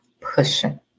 pushing